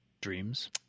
dreams